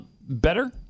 better